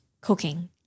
cooking